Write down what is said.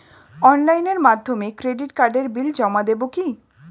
অনলাইনের মাধ্যমে ক্রেডিট কার্ডের বিল জমা দেবো কি?